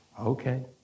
okay